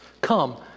come